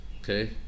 okay